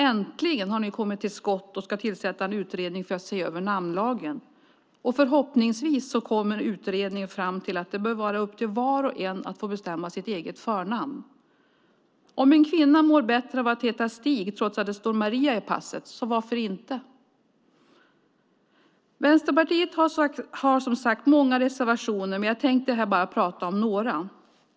Äntligen har ni kommit till skott och ska tillsätta en utredning för att se över namnlagen. Förhoppningsvis kommer utredningen fram till att det bör vara upp till var och en att få bestämma sitt eget förnamn. Om en kvinna mår bättre av att heta Stig trots att det står Maria i passet, så varför inte? Vänsterpartiet har, som sagt, många reservationer. Men jag tänkte här bara prata om några.